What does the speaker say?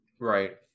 Right